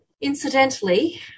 Incidentally